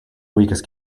weakest